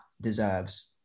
deserves